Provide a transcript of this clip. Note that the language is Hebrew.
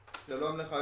שלום לך,